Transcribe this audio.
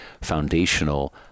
foundational